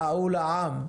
הוא לע"ם.